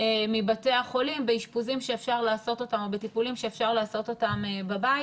מבתי החולים באשפוזים או בטיפולים שאפשר לעשות אותם בבית.